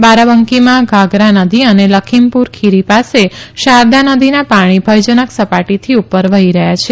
બારાબાંકીમાં ઘાઘરા નદી અને લખીમપુર ખીરી પાસે શારદા નદીનાં પાણી ભયજનક સપાટીથી ઉપર વહી રહ્યાં છે